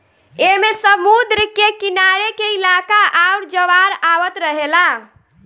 ऐमे समुद्र के किनारे के इलाका आउर ज्वार आवत रहेला